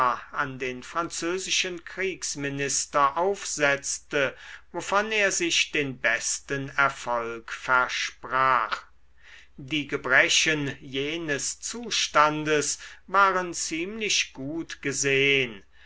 an den französischen kriegsminister aufsetzte wovon er sich den besten erfolg versprach die gebrechen jenes zustandes waren ziemlich gut gesehn